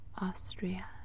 Austria